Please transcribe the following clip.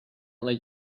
let